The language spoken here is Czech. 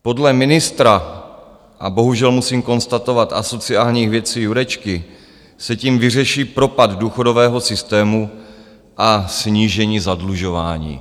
Podle ministra a bohužel musím konstatovat asociálních věcí Jurečky se tím vyřeší propad důchodového systému a snížení zadlužování.